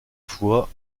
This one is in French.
fois